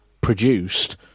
produced